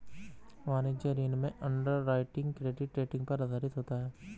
वाणिज्यिक ऋण में अंडरराइटिंग क्रेडिट रेटिंग पर आधारित होता है